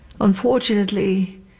Unfortunately